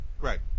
Right